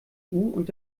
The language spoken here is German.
und